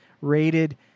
rated